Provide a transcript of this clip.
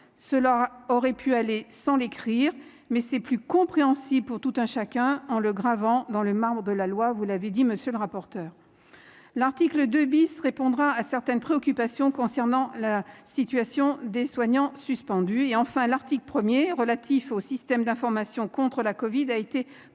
Cela aurait pu aller sans l'écrire, mais c'est plus compréhensible pour tout un chacun en le gravant dans le marbre de la loi, comme vous l'avez dit, monsieur le rapporteur. L'article 2 répondra à certaines préoccupations concernant la situation des soignants suspendus. Enfin, l'article 1, relatif aux systèmes d'information contre la covid, a été complété